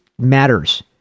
matters